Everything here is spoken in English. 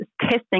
testing